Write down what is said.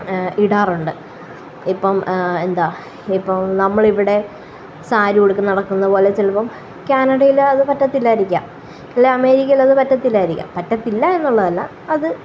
ഇടാറുണ്ട് ഇപ്പോള് എന്താണ് ഇപ്പോള് നമ്മളിവിടെ സാരിയുടുത്ത് നടക്കുന്ന പോലെ ചിലപ്പോള് കാനഡയില് അത് പറ്റത്തില്ലായിരിക്കാം അല്ലെങ്കില് അമേരിക്കയില് അത് പറ്റത്തില്ലായിരിക്കാം പറ്റത്തില്ല എന്നുള്ളതല്ല അത്